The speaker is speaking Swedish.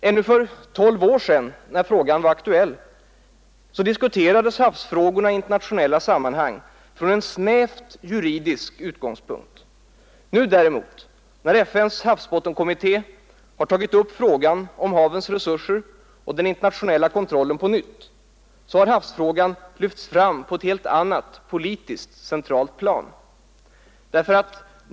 Ännu för tolv år sedan diskuterades havsfrågorna i internationella sammanhang från en snävt juridisk utgångspunkt. Nu däremot, när FN:s havsbottenkommitté har tagit upp frågan om havens resurser och den internationella kontrollen på nytt, så har havsfrågan lyfts fram på ett helt annat, politiskt centralt plan.